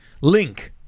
link